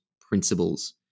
principles